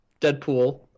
Deadpool